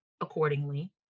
accordingly